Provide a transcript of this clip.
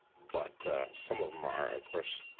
but some of them are, of course,